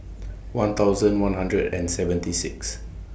one thousand one hundred and seventy six